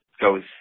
goes